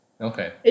Okay